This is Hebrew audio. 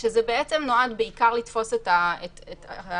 זה נועד בעיקר לתפוס את ההערה